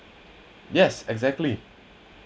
yes exactly